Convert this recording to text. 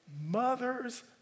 Mothers